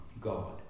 God